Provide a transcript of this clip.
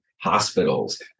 hospitals